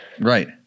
Right